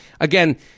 again